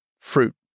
fruit